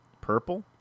Purple